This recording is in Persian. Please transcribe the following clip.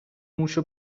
موشو